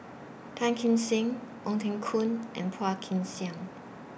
Tan Kim Seng Ong Teng Koon and Phua Kin Siang